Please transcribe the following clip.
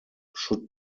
should